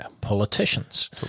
politicians